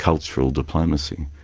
cultural diplomacy.